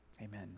Amen